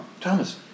Thomas